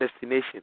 destination